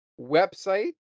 website